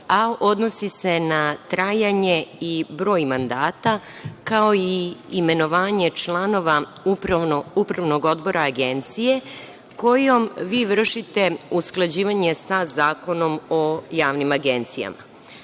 a odnosi se na trajanje i broj mandata, kao i imenovanje članova Upravnog odbora agencije kojim vi vršite usklađivanje sa Zakonom o javnim agencijama. Brisanje